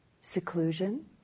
seclusion